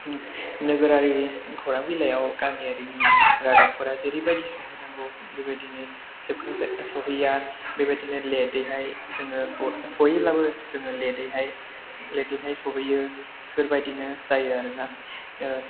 नोगोरारि खौरां बिलाइयाव गामियारिनि रादाबफोरा जेरैबायदि सौहैनांगौ बेबायदिनो सौहैया बेबायदिनो लेट यैहाय जोङो सौहैयोब्लाबो जोङो लेट यैहाय सौहैयो बेफोरबायदिनो जायो आरोना